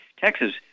Texas